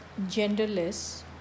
genderless